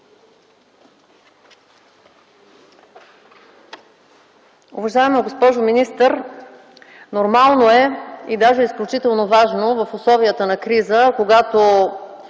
Уважаема госпожо министър, нормално е, и даже изключително важно, в условията на криза, когато